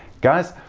guys,